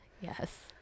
Yes